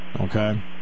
okay